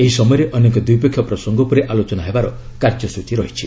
ଏହି ସମୟରେ ଅନେକ ଦ୍ୱିପକ୍ଷୀୟ ପ୍ରସଙ୍ଗ ଉପରେ ଆଲୋଚନା ହେବାରେ କାର୍ଯ୍ୟସ୍ଟଚୀ ରହିଛି